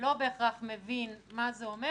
לא בהכרח מבין מה זה אומר.